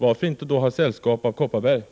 Varför då inte ha sällskap av Kopparbergs län?